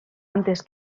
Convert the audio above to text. antes